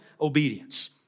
obedience